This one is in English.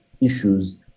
issues